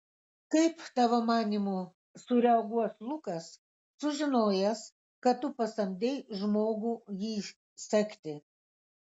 kaip tavo manymu sureaguos lukas sužinojęs kad tu pasamdei žmogų jį sekti